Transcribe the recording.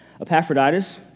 Epaphroditus